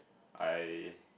I